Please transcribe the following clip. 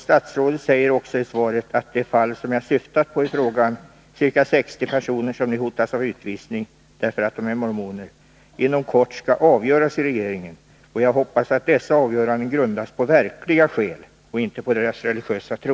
Statsrådet säger i svaret att de fall som jag syftat på i frågan — som gäller ca 60 personer som nu hotas av utvisning på grund av att de är mormoner — inom kort skall avgöras av regeringen. Jag hoppas att dessa avgöranden skall grundas på verkliga skäl och inte på chilenarnas religiösa tro.